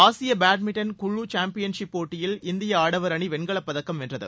ஆசிய பேட்மிண்டன் குழு சாம்பியன்ஷிப் போட்டியில் இந்திய ஆடவர் அணி வெண்கலப்பதக்கம் வென்றது